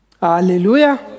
Hallelujah